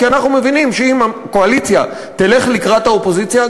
כי אנחנו מבינים שאם הקואליציה תלך לקראת האופוזיציה,